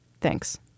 Thanks